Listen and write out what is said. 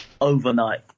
overnight